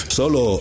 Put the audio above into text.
solo